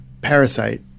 *Parasite*